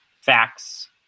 facts